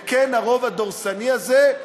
וכן, הרוב הדורסני הזה,